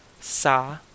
sa